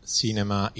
cinema